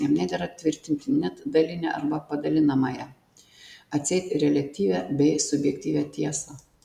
jam nedera tvirtinti net dalinę arba padalinamąją atseit reliatyvią bei subjektyvią tiesą